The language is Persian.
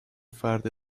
فرد